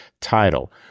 title